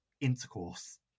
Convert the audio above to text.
intercourse